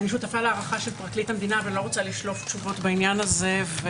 אני שותפה להערכה של פרקליט המדינה ולא רוצה לשלוף תשובות בעניין הזה.